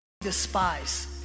despise